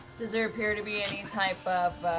does there appear to be any type of